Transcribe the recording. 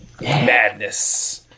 Madness